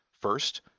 First